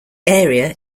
area